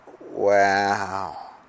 Wow